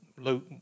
Luke